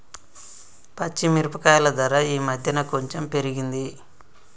పచ్చి మిరపకాయల ధర ఈ మధ్యన కొంచెం పెరిగింది